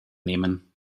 nehmen